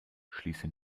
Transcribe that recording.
schließe